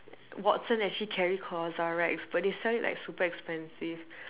Watson actually carry CosRX but they sell it like super expensive